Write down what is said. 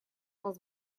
раз